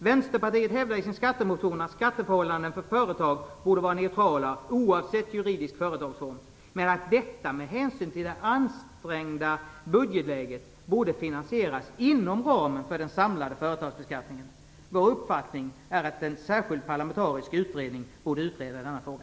Vänsterpartiet hävdar i sin skattemotion att skatteförhållandena för företag borde vara neutrala oavsett juridisk företagsform. Men detta borde, med hänsyn till det ansträngda budgetläget, finansieras inom ramen för den samlade företagsbeskattningen. Vår uppfattning är att en särskild parlamentarisk utredning borde utreda denna fråga.